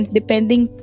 depending